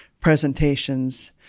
presentations